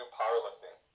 powerlifting